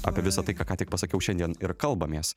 apie visa tai ką ką tik pasakiau šiandien ir kalbamės